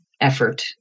effort